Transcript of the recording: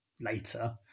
later